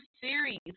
series